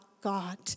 God